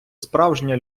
справжня